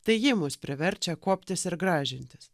tai ji mus priverčia kuoptis ir gražintis